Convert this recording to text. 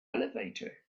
elevator